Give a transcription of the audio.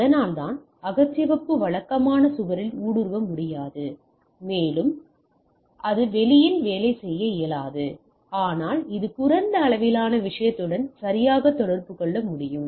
அதனால்தான் அகச்சிவப்பு வழக்கமான சுவரில் ஊடுருவ முடியாது மற்றும் வெளியில் வேலை செய்யாது ஆனால் இது குறைந்த அளவிலான விஷயத்துடன் சரியாக தொடர்பு கொள்ள முடியும்